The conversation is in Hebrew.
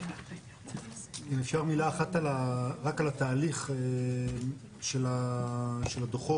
אם אפשר מילה אחת רק על התהליך של הדו"חות.